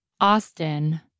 Austin